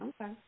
Okay